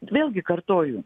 vėlgi kartoju